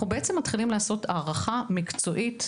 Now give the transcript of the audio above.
בעצם מתחילים לעשות הערכה מקצועית.